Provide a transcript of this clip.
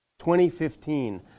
2015